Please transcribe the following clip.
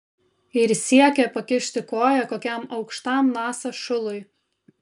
ir siekia pakišti koją kokiam aukštam nasa šului